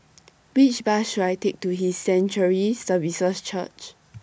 Which Bus should I Take to His Sanctuary Services Church